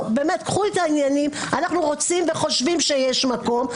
אנחנו רוצים וחושבים שיש מקום,